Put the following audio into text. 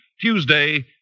Tuesday